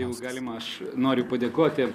jeigu galima aš noriu padėkoti